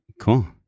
Cool